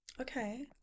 okay